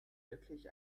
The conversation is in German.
wirklich